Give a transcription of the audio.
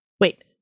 Wait